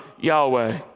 Yahweh